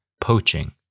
poaching